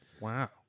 Wow